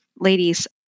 ladies